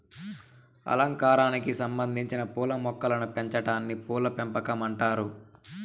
అలంకారానికి సంబందించిన పూల మొక్కలను పెంచాటాన్ని పూల పెంపకం అంటారు